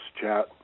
chat